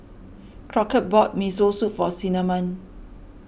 Crockett bought Miso Soup for Cinnamon